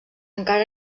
encara